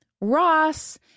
Ross